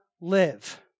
live